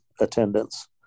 attendance